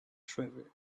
travel